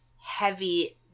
heavy